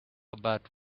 about